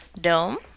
Dome